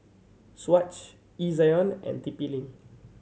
Swatch Ezion and T P Link